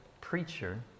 preacher